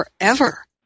forever